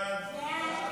חוק